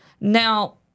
Now